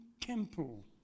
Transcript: temple